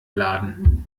laden